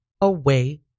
away